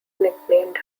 nicknamed